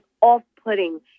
off-putting